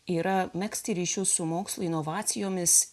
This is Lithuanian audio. yra megzti ryšius su mokslo inovacijomis